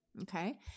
Okay